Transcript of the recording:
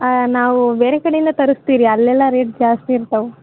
ಹಾಂ ನಾವು ಬೇರೆ ಕಡೆಯಿಂದ ತರಸ್ತೀವಿ ರೀ ಅಲ್ಲೆಲ್ಲ ರೇಟ್ ಜಾಸ್ತಿ ಇರ್ತಾವೆ